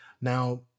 Now